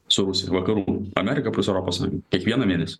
su vakarų amerika plius europos kiekvieną mėnesį